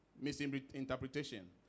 misinterpretation